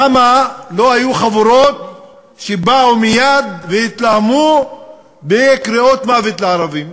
למה לא היו חבורות שבאו מייד והתלהמו בקריאות "מוות לערבים"?